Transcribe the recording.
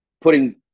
putting